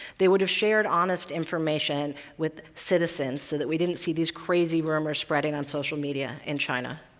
they would have shared honest information with citizens so that we didn't see these crazy rumors spreading on social media in china.